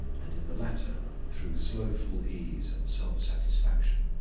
and in the latter through slothful ease and self-satisfaction.